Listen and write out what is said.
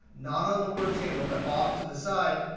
not on the word table but off to the side,